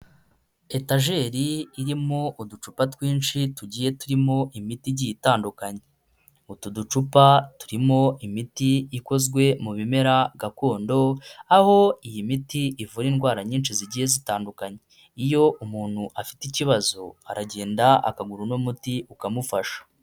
Etajeri irimo uducupa twinshi tugiye turimo imiti igiye itandukanye, utu ducupa turimo imiti ikozwe mu bimera gakondo aho iyi miti ivura indwara nyinshi zigiye zitandukanye, iyo umuntu afite ikibazo aragenda akagura uno muti ukamufasha.